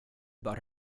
about